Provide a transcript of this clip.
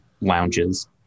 lounges